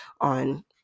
on